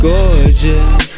Gorgeous